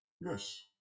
Yes